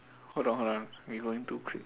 hold on hold on we going too quick